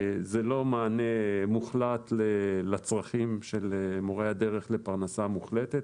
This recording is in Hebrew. זה לא מענה מוחלט לצרכים של מורי הדרך לפרנסה מוחלטת,